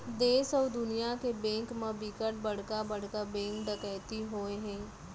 देस अउ दुनिया के बेंक म बिकट बड़का बड़का बेंक डकैती होए हे